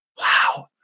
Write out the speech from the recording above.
Wow